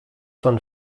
von